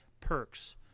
perks